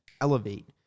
elevate